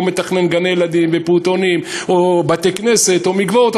לא מתכנן גני-ילדים ופעוטונים או בתי-כנסת ומקוואות,